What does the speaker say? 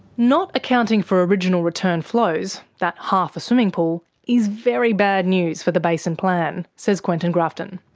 not accounting for original return flows that half a swimming pool is very bad news for the basin plan, says quentin grafton.